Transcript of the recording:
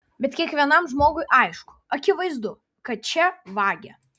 bet kiekvienam žmogui aišku akivaizdu kad čia vagia